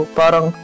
parang